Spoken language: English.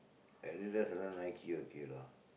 Adidas if not Nike okay lah